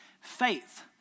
Faith